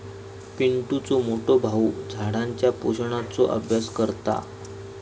पिंटुचो मोठो भाऊ झाडांच्या पोषणाचो अभ्यास करता